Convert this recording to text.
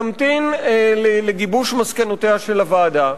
נמתין לגיבוש מסקנותיה של הוועדה,